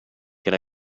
can